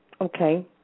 Okay